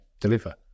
deliver